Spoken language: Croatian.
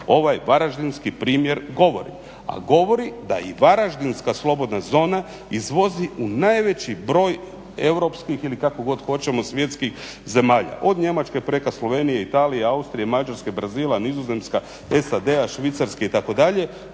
ovaj varaždinski primjer govori, a govori da i Varaždinska slobodna zona izvozi u najveći broj europskih ili kako god hoćemo svjetskih zemalja od Njemačke preko Slovenije, Italije, Austrije, Mađarske, Brazila, Nizozemska, SAD-a, Švicarske itd.